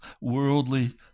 worldly